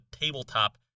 tabletop